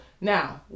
now